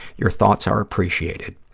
your thoughts are appreciated.